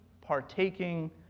partaking